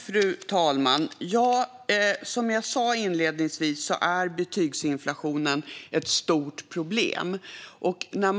Fru talman! Som jag sa inledningsvis är betygsinflationen ett stort problem.